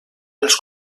els